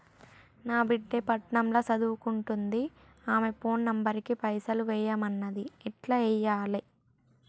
నా బిడ్డే పట్నం ల సదువుకుంటుంది ఆమె ఫోన్ నంబర్ కి పైసల్ ఎయ్యమన్నది ఎట్ల ఎయ్యాలి?